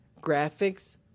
graphics